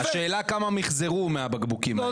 השאלה כמה מחזרו מהבקבוקים האלה.